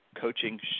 Coaching